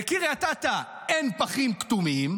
בקריית אתא אין פחים כתומים,